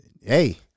hey